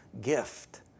gift